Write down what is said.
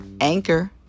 Anchor